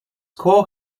core